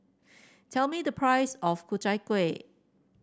tell me the price of Ku Chai Kueh